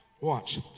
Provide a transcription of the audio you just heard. Watch